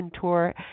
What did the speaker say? tour